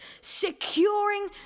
securing